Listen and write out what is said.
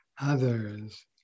others